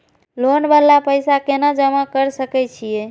Loan वाला पैसा केना जमा कर सके छीये?